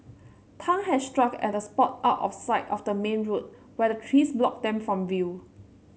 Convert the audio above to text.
Tan had struck at a spot out of sight of the main road where the trees blocked them from view